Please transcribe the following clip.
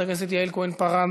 חברת הכנסת יעל כהן-פארן,